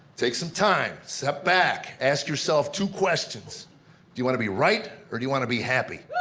take some time, step back, ask yourself two questions do you want to be right? or do you want to be happy?